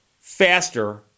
faster